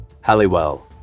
Halliwell